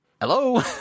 hello